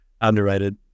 underrated